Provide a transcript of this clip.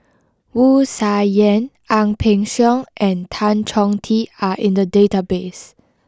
Wu Tsai Yen Ang Peng Siong and Tan Chong Tee are in the database